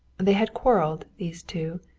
they had quarreled, these two.